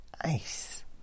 ice